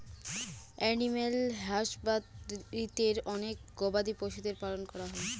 animal হাসবাদরীতে অনেক গবাদি পশুদের পালন করা হয়